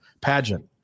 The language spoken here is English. pageant